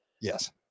Yes